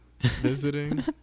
visiting